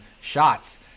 shots